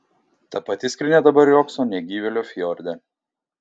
ta pati skrynia dabar riogso negyvėlio fjorde